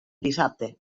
dissabte